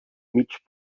mig